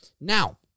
Now